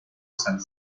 twelve